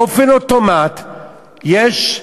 באופן אוטומטי יש.